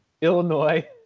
Illinois